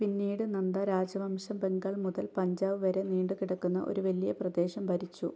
പിന്നീട് നന്ദ രാജവംശം ബംഗാൾ മുതൽ പഞ്ചാബ് വരെ നീണ്ടുകിടക്കുന്ന ഒരു വലിയ പ്രദേശം ഭരിച്ചു